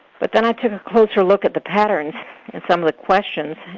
but then i took a closer look at the patterns in some of the questions,